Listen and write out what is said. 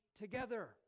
together